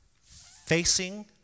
facing